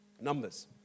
Numbers